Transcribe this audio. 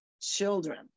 children